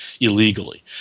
illegally